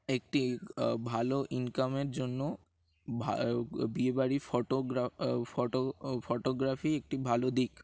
একটি ভালো ইনকামের জন্য বিয়েবাড়ি ফটোগ্রাফি ফটোগ্রাফি একটি ভালো দিক